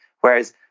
Whereas